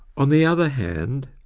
on the other hand,